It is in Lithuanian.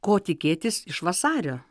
ko tikėtis iš vasario